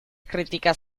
kritika